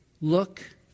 Look